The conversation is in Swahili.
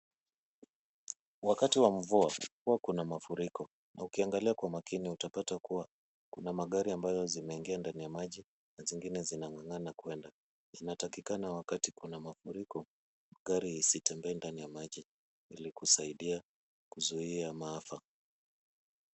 Wakati wa mvua hua kuna mafuriko na ukiangalia kwa makini utapata kua kuna magari ambazo zimeeingia ndani ya maji, zingine zina ng'ang'ana kuenda. Inatakikana wakati kuna mafuriko gari isitembee ndani ya maji ili kusaidia kuzuia maafa.